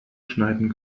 schneiden